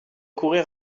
courir